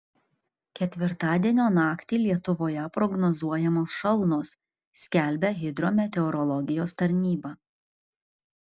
ketvirtadienio naktį lietuvoje prognozuojamos šalnos skelbia hidrometeorologijos tarnyba